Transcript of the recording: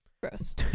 Gross